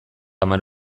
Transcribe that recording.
hamar